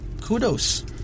kudos